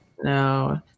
No